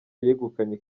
yegukanye